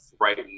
right